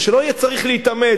ושלא יהיה צריך להתאמץ,